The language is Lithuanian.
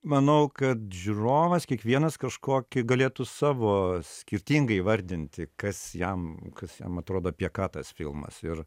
manau kad žiūrovas kiekvienas kažkokį galėtų savo skirtingai įvardinti kas jam kas jam atrodo apie ką tas filmas ir